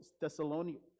Thessalonians